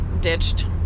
ditched